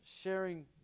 sharing